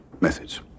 methods